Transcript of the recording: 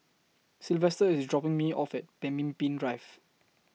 Silvester IS dropping Me off At Pemimpin Drive